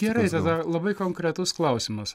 gerai tada labai konkretus klausimas